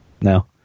No